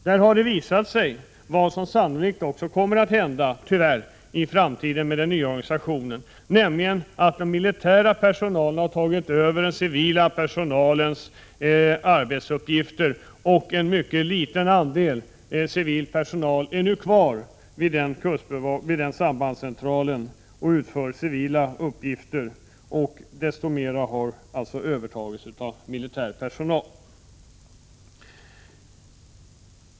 Där har det visat sig vad som sannolikt också kommer att hända även i framtiden med den nya organisationen, nämligen att den militära personalen har tagit över den civila personalens arbetsuppgifter; en mycket liten andel civil personal är nu kvar vid den sambandscentralen och utför civila uppgifter. Desto mer har alltså övertagits av militär personal.